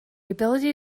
ability